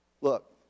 Look